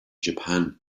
japan